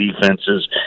defenses